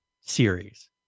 series